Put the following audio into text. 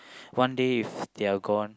one day if their gone